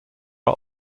are